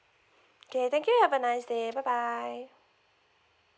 okay thank you have a nice day bye bye